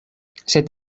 sed